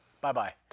Bye-bye